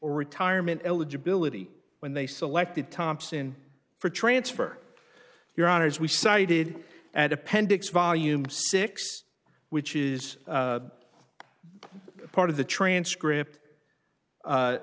retirement eligibility when they selected thompson for transfer your honors we cited at appendix volume six which is part of the transcript